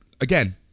again